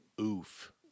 Oof